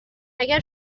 اگر